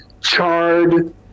charred